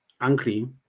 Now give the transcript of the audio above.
angry